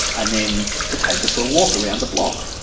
and then to take her for a walk around the block,